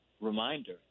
Reminder